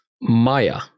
Maya